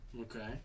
Okay